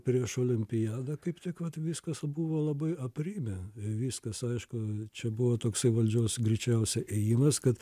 prieš olimpiadą kaip tik vat viskas buvo labai aprimę viskas aišku čia buvo toks valdžios greičiausiai ėjimas kad